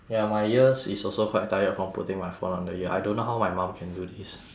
ya my ears is also quite tired from putting my phone on the ear I don't know how my mum can do this